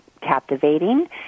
captivating